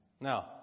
Now